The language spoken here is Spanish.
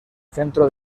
centro